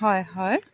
হয় হয়